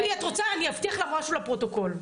אם את רוצה אני אבטיח לך משהו לפרוטוקול,